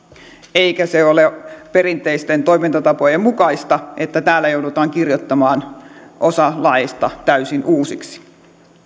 eikä perinteisten toimintatapojen mukaista että täällä joudutaan kirjoittamaan osa laeista täysin uusiksi